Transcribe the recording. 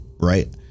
right